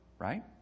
right